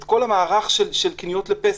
את כל המערך של קניות לפסח,